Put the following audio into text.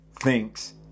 thinks